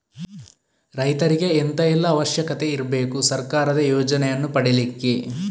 ರೈತರಿಗೆ ಎಂತ ಎಲ್ಲಾ ಅವಶ್ಯಕತೆ ಇರ್ಬೇಕು ಸರ್ಕಾರದ ಯೋಜನೆಯನ್ನು ಪಡೆಲಿಕ್ಕೆ?